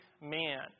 man